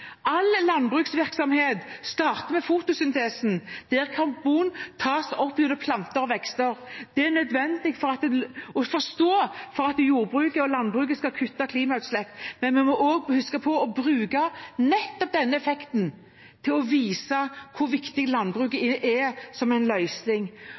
All landbruksvirksomhet starter med fotosyntesen, der karbon tas opp gjennom planter og vekster. Det er nødvendig å forstå for at jordbruket og landbruket skal kutte klimagassutslipp. Men vi må også huske på å bruke nettopp denne effekten til å vise hvor viktig